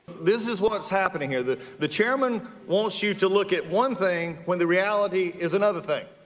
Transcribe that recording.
this is what's happening here. the the chairman wants you to look at one thing when the reality is another thing.